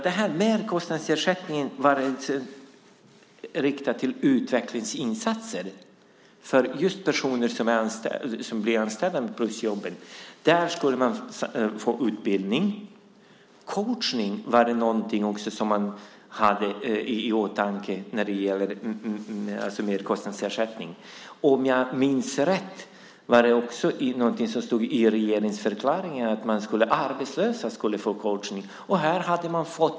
Den här merkostnadsersättningen var riktad till utvecklingsinsatser för just personer som fick plusjobb. Där skulle man få utbildning. Coachning var också någonting som man hade i åtanke när det gällde merkostnadsersättning. Om jag minns rätt stod det också i regeringsförklaringen att arbetslösa skulle få coachning.